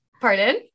pardon